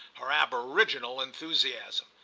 her aboriginal enthusiasm.